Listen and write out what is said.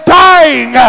dying